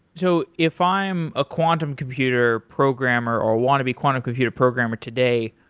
so if i'm a quantum computer programmer or want to be quantum computer programmer today.